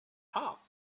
hawks